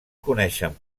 coneixien